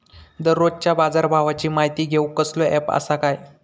दररोजच्या बाजारभावाची माहिती घेऊक कसलो अँप आसा काय?